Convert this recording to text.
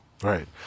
Right